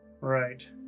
Right